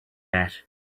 that